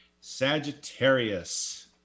Sagittarius